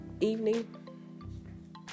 evening